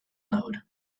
node